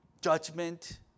judgment